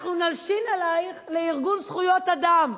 אנחנו נלשין עלייך לארגון זכויות אדם.